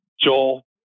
Joel